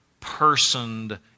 personed